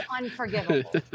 unforgivable